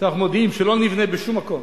שאנחנו מודיעים שלא נבנה בשום מקום